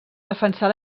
defensar